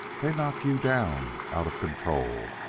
they knock you down out of control,